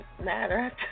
matter